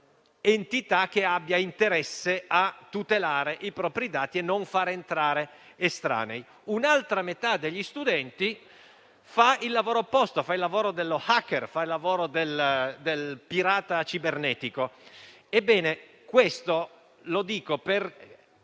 entità che abbia interesse a tutelare i propri dati e a non far entrare estranei; un'altra metà degli studenti fa il lavoro opposto, quello dello *hacker,* del pirata cibernetico. Dico questo per